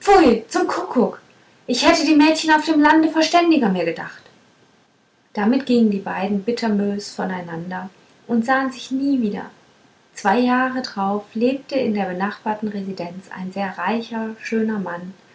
zum kuckuck ich hätte die mädchen auf dem lande verständiger mir gedacht damit gingen die beiden bitterbös voneinander und sahen sich nie wieder zwei jahre drauf lebte in der benachbarten residenz ein sehr reicher schöner mann